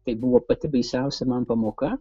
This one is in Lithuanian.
tai buvo pati baisiausia man pamoka